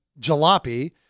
jalopy